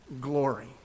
glory